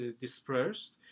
dispersed